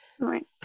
Right